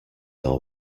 all